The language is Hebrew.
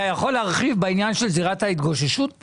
אתה יכול להרחיב בעניין של זירת ההתגוששות?